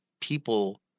people—